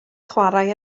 chwarae